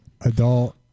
Adult